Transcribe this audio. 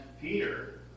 Peter